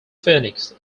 phoenix